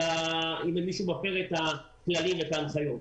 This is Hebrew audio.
אם מישהו מפר את הכללים ואת ההנחיות,